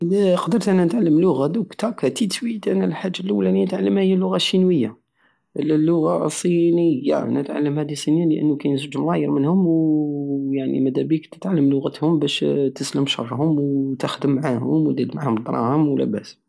ادا قدرت انا نتعلم لغة درك هكا تيتسويت انا الحاجة اللولى الي نتعلمها هي اللغة الشينوية اللغة الصينية نتعلم هدي الصينية لانو كاين زوج ملاير منهم ويعني مدابيك تتعلم لغتهم بش تسلم شرهم وتخدم معاهم ودير معاهم الدراهم ولاباس